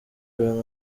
ibintu